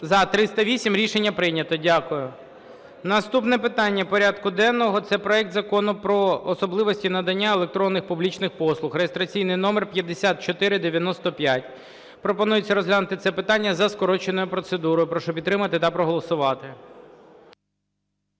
За-308 Рішення прийнято. Дякую. Наступне питання порядку денного – це проект Закону про особливості надання електронних публічних послуг (реєстраційний номер 5495). Пропонується розглянути це питання за скороченою процедурою. Прошу підтримати та проголосувати.